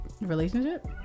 Relationship